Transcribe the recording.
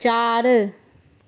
चारि